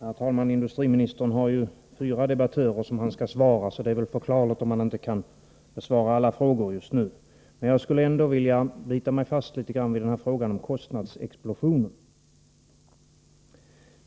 Herr talman! Industriministern har fyra debattörer som han skall svara, så det är förklarligt om han inte kan besvara alla frågor just nu. Jag skulle ändå vilja bita mig fast vid frågan om kostnadsexplosionen.